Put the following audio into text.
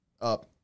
up